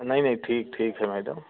नहीं नहीं ठीक ठीक है मैडम